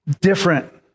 different